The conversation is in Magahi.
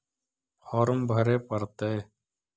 फार्म भरे परतय?